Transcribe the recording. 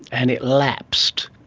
and it lapsed.